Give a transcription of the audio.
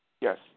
Yes